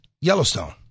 Yellowstone